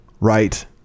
right